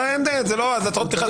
זה הצהרות פתיחה.